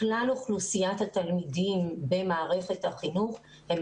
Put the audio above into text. מכלל אוכלוסיית התלמידים במערכת החינוך הם